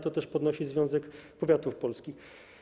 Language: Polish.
To też podnosi Związek Powiatów Polskich.